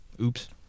Oops